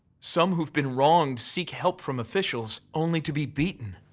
some who've been wronged seek help from officials only to be beaten.